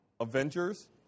Avengers